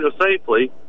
safely